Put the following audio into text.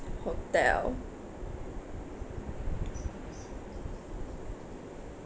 hotel